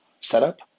setup